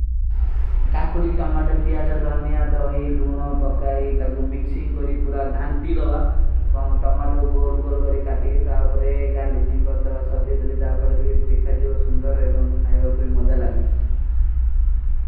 କାକୁଡୀ, ଟମାଡ, ପ୍ଯାଜ, ଧନ୍ଯା, ଦହୀ, ଲୂନୋ, ପକାଈ, ଦଗୂ, ମିକ୍ସିଂଗ କରୀ, ପୁରା ଘାଂଟୀ ଦଵା। ଟମାଡୋ ଗୋଲ-ଗୋଲ କରୀ କାଟୀ କୀ ତାଓ ପରେ ଗାର୍ଲିଶିଂଗ କର ଦଵା ପୁରା ଗାର୍ଲିଶିଂଗ କରୀ। କୀ ତାଓ ପରେ ଗାର୍ଲିଶିଂଗ କରୀ କୀ ତାଓ ପରେ ଗାର୍ଲିଶିଂଗ କରୀ କୀ ତାଓ ପରେ ଗାର୍ଲିଶିଂଗ। କରୀ କୀ ତାଓ ପରେ ଗାର୍ଲିଶିଂଗ କରୀ କୀ ତାଓ ପରେ ଗାର୍ଲିଶିଂଗ କରୀ କୀ ତାଓ ପରେ ଗାର୍ଲିଶିଂଗ କରୀ କୀ ତାଓ ପରେ ଗାର୍ଲିଶିଂଗ କରୀ କୀ ତାଓ ପରେ।